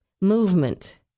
movement